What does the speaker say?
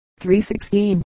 3:16